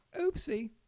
Oopsie